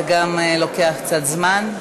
זה גם לוקח קצת זמן.